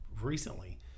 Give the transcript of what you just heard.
recently